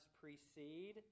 precede